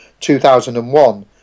2001